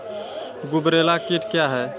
गुबरैला कीट क्या हैं?